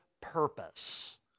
purpose